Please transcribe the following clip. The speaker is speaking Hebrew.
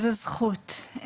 איזו זכות,